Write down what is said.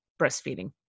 breastfeeding